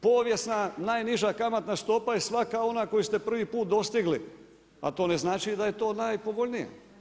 Povijesna najniža kamatna stopa je svaka ona koju ste prvi put dostigli, a to ne znači da je to najpovoljnija.